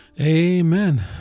Amen